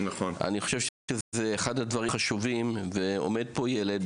אני חושב שזה אחד הדברים החשובים ועומד פה ילד,